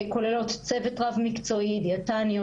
הן כוללות צוות רב מקצועי: דיאטניות,